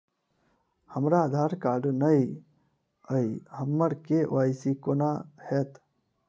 हमरा आधार कार्ड नै अई हम्मर के.वाई.सी कोना हैत?